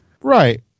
Right